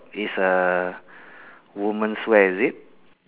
is a women's wear is it